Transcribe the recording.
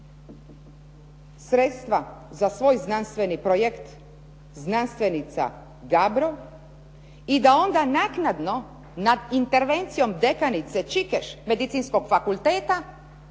sredstva za svoj znanstveni projekt znanstvenica Gabro i da onda naknadno nad intervencijom dekanice Čikeš Medicinskog fakulteta